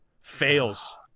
Fails